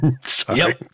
Sorry